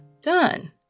done